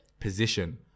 position